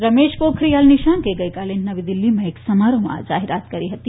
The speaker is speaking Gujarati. રમેશ પોખરીયાલ નિશાંકે ગઈકાલે નવી દિલ્ઠીમાં એક સમારોહમાં આ જાહેરાત કરી હતી